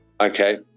Okay